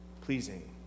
pleasing